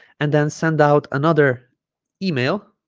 and then send out another email